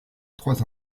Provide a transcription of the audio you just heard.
trois